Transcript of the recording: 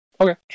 Okay